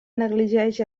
negligeix